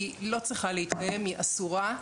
היא לא צריכה להתקיים, היא אסורה.